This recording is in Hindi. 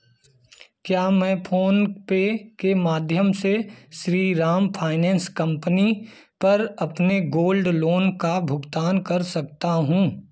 क्या मैं फोन पे के माध्यम से श्रीराम फाइनेंस कंपनी पर अपने गोल्ड लोन का भुगतान कर सकता हूँ